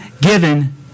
given